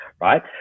right